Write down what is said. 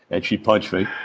and she punched me.